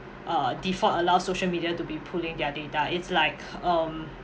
uh default allow social media to be pulling their data it's like um